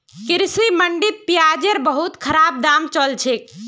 कृषि मंडीत प्याजेर बहुत खराब दाम चल छेक